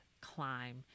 climb